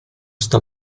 sta